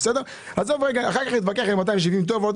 אחר כך נתווכח אם 270 או לא.